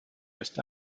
ist